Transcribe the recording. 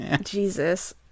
Jesus